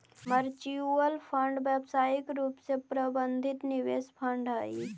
mutual fund व्यावसायिक रूप से प्रबंधित निवेश फंड हई